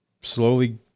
slowly